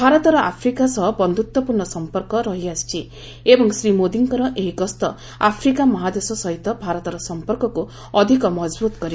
ଭାରତର ଆଫ୍ରିକା ସହ ବନ୍ଧୁତ୍ୱପୂର୍ଣ୍ଣ ସମ୍ପର୍କ ରହିଆସିଛି ଏବଂ ଶ୍ରୀ ମୋଦିଙ୍କର ଏହି ଗସ୍ତ ଆଫ୍ରିକା ମହାଦେଶ ସହିତ ଭାରତର ସମ୍ପର୍କକୁ ଅଧିକ ମଜବୁତ୍ କରିବ